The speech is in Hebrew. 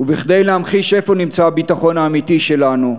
וכדי להמחיש איפה נמצא הביטחון האמיתי שלנו,